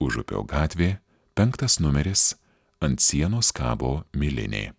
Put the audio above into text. užupio gatvė penktas numeris ant sienos kabo milinė